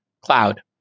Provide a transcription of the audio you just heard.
Cloud